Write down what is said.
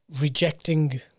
rejecting